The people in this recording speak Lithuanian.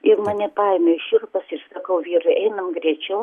ir mane paėmė šiurpas ir sakau vyrui einam greičiau